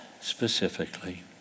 specifically